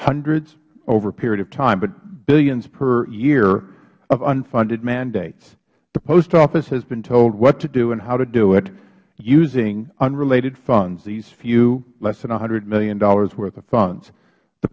hundreds over a period of time but billions per year of unfunded mandates the post office has been told what to do and how to do it using unrelated funds these few less than a hundred million dollars worth of funds the